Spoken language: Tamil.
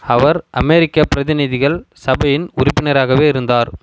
அவர் அமெரிக்க பிரதிநிதிகள் சபையின் உறுப்பினராகவே இருந்தார்